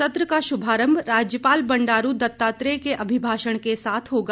सत्र का श्भारंभ राज्यपाल बंडारू दत्तात्रेय के अभिभाषण के साथ होगा